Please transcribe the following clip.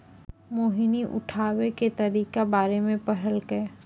मोहिनी उठाबै के तरीका बारे मे पढ़लकै